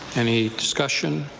any discussion?